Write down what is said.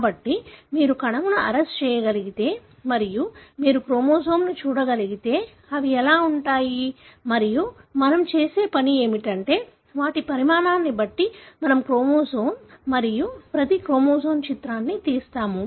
కాబట్టి మీరు కణమును అరెస్ట్ చేయగలిగితే మరియు మీరు క్రోమోజోమ్ను చూడగలిగితే అవి ఎలా ఉంటాయి మరియు మనం చేసే పని ఏమిటంటే వాటి పరిమాణాన్ని బట్టి మనము క్రోమోజోమ్ మరియు ప్రతి క్రోమోజోమ్ చిత్రాన్ని తీస్తాము